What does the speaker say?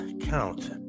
count